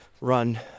run